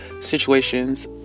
situations